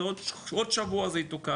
זה עוד שבוע זה יתוקן,